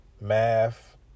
math